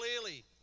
clearly